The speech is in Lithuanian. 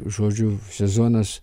žodžių sezonas